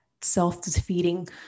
self-defeating